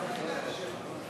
התשע"ו 2016,